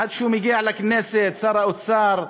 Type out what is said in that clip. עד שהוא מגיע לכנסת, שר האוצר,